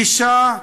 "גישה",